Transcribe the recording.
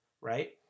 Right